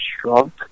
shrunk